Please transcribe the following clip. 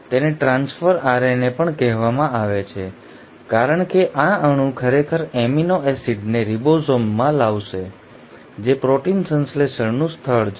તેને transfer RNA પણ કહેવામાં આવે છે કારણ કે આ અણુ ખરેખર એમિનો એસિડને રિબોસોમમાં લાવશે જે પ્રોટીન સંશ્લેષણનું સ્થળ છે